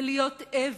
זה להיות עבד,